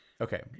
Okay